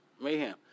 Mayhem